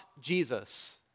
Jesus